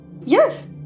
Yes